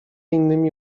innymi